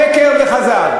שקר וכזב.